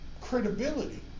credibility